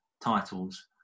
titles